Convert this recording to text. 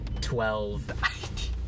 twelve